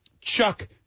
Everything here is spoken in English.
Chuck